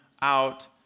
out